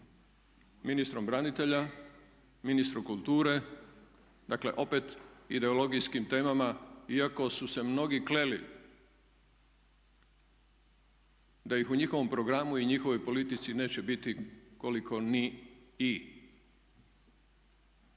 ministrom branitelja, ministrom kulture, dakle opet ideologijskim temama iako su se mnogi kleli da ih u njihovom programu i njihovoj politici neće biti koliko ni "i"